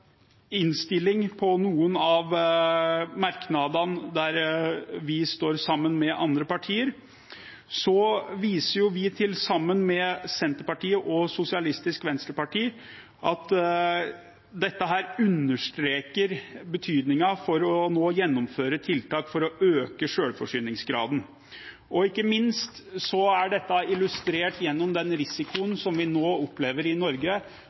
der vi står sammen med andre partier: Vi viser sammen med Senterpartiet og Sosialistisk Venstreparti til at dette understreker betydningen av nå å gjennomføre tiltak for å øke selvforsyningsgraden. Ikke minst er dette illustrert gjennom den risikoen som vi nå opplever i Norge